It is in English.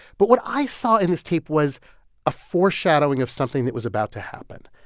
but what i saw in this tape was a foreshadowing of something that was about to happen,